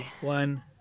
One